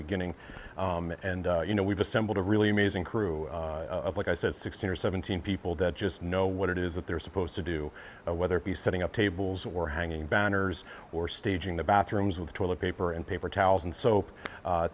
beginning and you know we've assembled a really amazing crew of like i said sixteen or seventeen people that just know what it is that they're supposed to do whether it be setting up tables or hanging banners or staging the bathrooms with toilet paper and paper towels and so